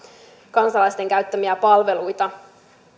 kansalaisten käyttämiä palveluita